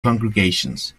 congregations